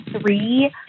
three